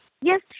yes